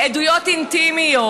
בעדויות אינטימיות.